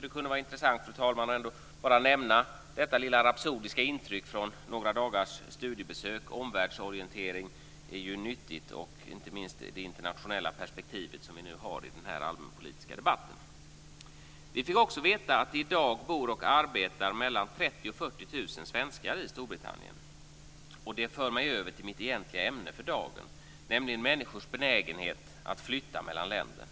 Det kunde vara intressant, fru talman, att bara nämna detta lilla rapsodiska intryck från några dagars studiebesök. Omvärldsorientering är nyttigt inte minst i det internationella perspektiv som vi har i den här allmänpolitiska debatten. Vi fick också veta att i dag bor och arbetar mellan 30 000 och 40 000 svenskar i Storbritannien. Det för mig över till mitt egentliga ämne för dagen, nämligen människors benägenhet att flytta mellan länder.